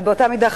אבל באותה מידה,